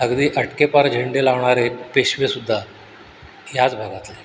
अगदी अटकेपार झेंडे लावणारे पेशवेसुद्धा ह्याच भागातले